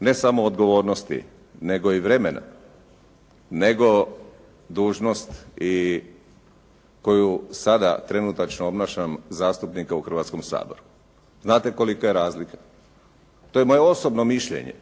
ne samo odgovornosti, nego i vremena. Nego dužnost koju sada trenutačno obnašam zastupnika u Hrvatskom saboru. Znate kolika je razlika? To je moje osobno mišljenje.